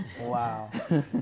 Wow